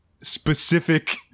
specific